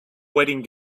wedding